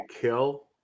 kill